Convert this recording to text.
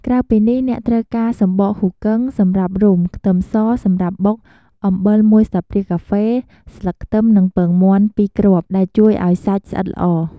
ក្រៅពីនេះ អ្នកត្រូវការ សំបកហ៊ូគឹង សម្រាប់រុំ ខ្ទឹមស សម្រាប់បុក អំបិល ១ស្លាបព្រាកាហ្វេ ស្លឹកខ្ទឹម និង ពងមាន់ ២ គ្រាប់ ដែលជួយឱ្យសាច់ស្អិតល្អ។